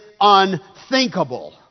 unthinkable